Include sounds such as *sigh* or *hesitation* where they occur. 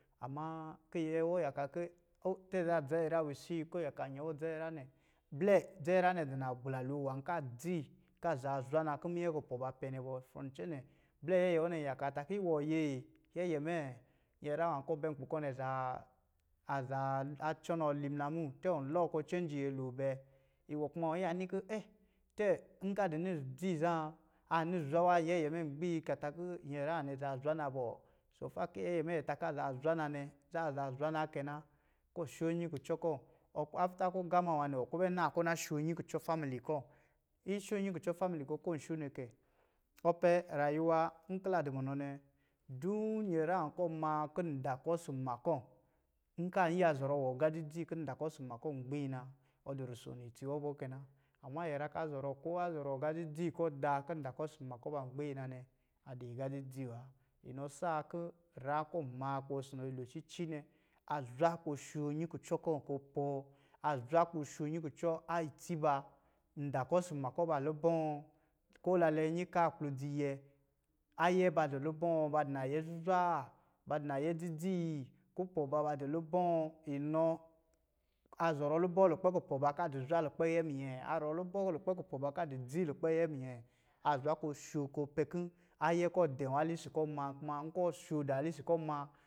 Amaa kɔ̄ nyɛ wɔ yakaa, kɔ̄ a yakaa kɔ̄ o tɛ̄ zā dza nyinyrá wusi? Kó ɔ yaka nyɛ wɔ dza nyinyrá nɛ, blɛ dzanyingrá a dɔ̄ nagbla lo nwan kɔ̄ a dzi, kɔ̄ a zaa zwa na kɔ̄ minyɛ a kupɔ̄ nɛ ba pɛ nɛ bɔ *unintelligible* cɛnɛ blɛ yɛyɛ wɔ an yakaa takó iwɔ ye! Yɛyɛ mɛ, nyinyrá nwá kɔ̄ ɔ bɛ nkpi kɔ̄ nɛ azaa azaa a cɔnɔɔ li muna, tɛ̂ ɔnlɔɔ kɔ̄ cenji nyolo bɛ? Iwɔ kuma ɔn yiya ni kɔ *hesitation* tɛ́ nkɔ̄ a dɔ̄ ni dzi zá, a ni zwa wa yɛyɛ mɛ an gbii ta kɔ̄ nyinyrá nwá nɛ azaa zwa na bɔ? Yɛyɛ mɛ takɔ̄ a zaa zwana nɛ zá azaa zwana kɛ na. Kɔ̄ ɔ sho nnyi kucɔ kɔ̄, kɔ̄ ɔ gama nwá nɛ ɔ kpɛ na kɔ̄ ɔna sho nnyi kucɔ a kɔ̄ isho a nnyi kucɔ̄ kɔ̄ ɔn sho nɛ kɛ ɔpɛ rayuwa nkɔ̄ la dɔ̄ munɔ nɛ, dun nyɛnyrá nwá kɔ̄ ɔmaa kɔ̄ nda kɔ̄ osɔ̄ mma kɔ̄ nkɔ̄ an yiya zɔrɔ wɔ agá dzidzi kɔ̄ nda kɔ̄ ɔsɔ̄ mma kɔ̄ gbii na, ɔ dɔ̄ rusono itsi wɔ bɔ kɛ na, ama nyinyrá kɔ̄ a zɔrɔ ko azɔrɔɔ aga dzi dzi kɔ̄ ɔ daa kɔ̄ nda kɔ̄ ɔsɔ̄ mma kɔ̄ ban gbii na nɛ a dɔ̄ agá dzi dzi wa. Inɔ saa kɔ̄ nyrá kɔ̄ ɔn maa kɔ̄ iwɔ ɔsɔ̄ nɔ yi lo cici nɛ, a zwa kɔ̄ ɔsho nnyi kucɔ a itsi ba nda kɔ̄ ɔsɔ̄ mma kɔ̄ ba lubɔ̄? Ko la lɛ nnyi a ka aklodzi yɛ, ayɛ ba dɔ̄ lubɔ̄? Ba dɔ̄ nayɛ zuzwaa? Ba dɔ̄ nayɛ dzidzi? Kupɔ̄ ba dɔ̄ lubɔ̄? Inɔ a zɔrɔ lubɔ̄ lukpɛ a kupɔ̄ ba kɔ̄ a dɔ̄ zwa lukpɛ ayɛ a minyɛ? A zɔrɔ lubɔ̄ lukpɛ a kupɔ̄ ba kɔ̄ a dɔ̄ dzi lukpɛ ayɛ minyɛ? Azwa kɔ̄ ɔ sho kɔ̄ ɔpɛ kɔ̄ ayɛ kɔ̄ a dɛ̄ wa, lisis kɔ̄ ɔmaa kuma nkɔ̄ ɔ sho dá lisi kɔ̄ ɔ maa.